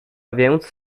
więc